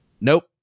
nope